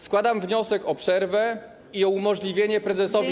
Składam wniosek o przerwę i o umożliwienie prezesowi NIK.